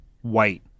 white